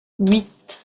huit